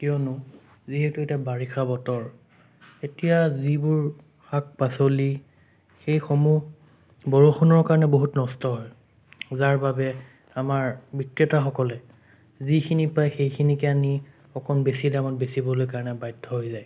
কিয়নো যিহেতু এতিয়া বাৰিষা বতৰ এতিয়া যিবোৰ শাক পাচলি সেইসমূহ বৰষুণৰ কাৰণে বহুত নষ্ট হয় যাৰ বাবে আমাৰ বিক্ৰেতাসকলে যিখিনি পায় সেইখিনিকে আনি অকণ বেছি দামত বেছিবলৈ কাৰণে বাধ্য হৈ যায়